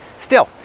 still,